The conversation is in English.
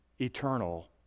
eternal